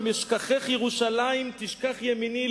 "אם אשכחך ירושלים תשכח ימיני",